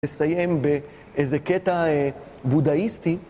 לסיים באיזה קטע בודהיסטי.